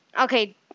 okay